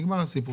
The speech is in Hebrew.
נגמר הסיפור.